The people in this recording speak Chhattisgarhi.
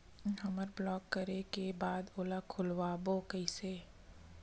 हमर ब्लॉक करे के बाद ओला खोलवाबो कइसे?